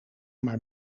maar